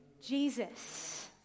jesus